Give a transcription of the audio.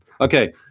okay